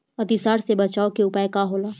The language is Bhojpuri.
अतिसार से बचाव के उपाय का होला?